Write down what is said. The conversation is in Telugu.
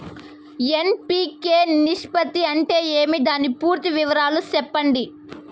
ఎన్.పి.కె నిష్పత్తి అంటే ఏమి దాని పూర్తి వివరాలు సెప్పండి?